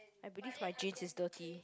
I believe my jeans is dirty